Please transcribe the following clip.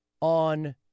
on